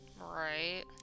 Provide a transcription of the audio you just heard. Right